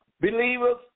Believers